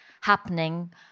happening